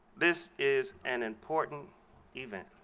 this is an important event.